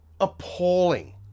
appalling